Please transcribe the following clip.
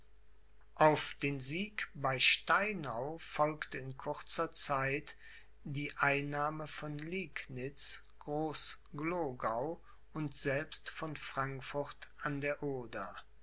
auf den sieg bei steinau folgte in kurzer zeit die einnahme von liegnitz groß glogau und selbst von frankfurt an der oder